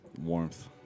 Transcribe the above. warmth